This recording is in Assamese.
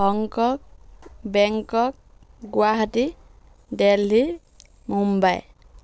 Hong Kong Bangkok Guwahati Delhi Mumbai